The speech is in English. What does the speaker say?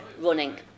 running